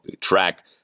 track